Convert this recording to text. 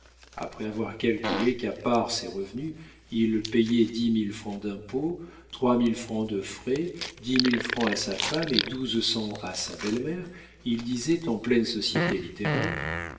après avoir calculé qu'à part ses revenus il payait dix mille francs d'impôts trois mille francs de frais dix mille francs à sa femme et douze cents à sa belle-mère il disait en pleine société littéraire